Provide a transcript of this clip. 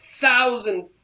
thousand